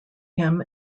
him